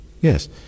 yes